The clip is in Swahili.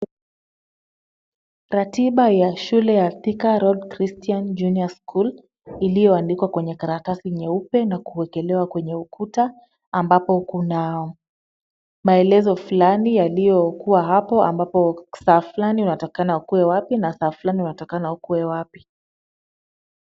Ratiba ya shule ya Thika Road Christian Junior School iliyoandikwa kwenye karatasi nyeupe na kuwekelewa kwenye ukuta ambapo kuna maelezo fulani yaliyokuwa hapo ambapo saa fulani unatakikana ukuwe wapi na saa fulani unatakikana ukuwe wapi.